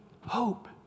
hope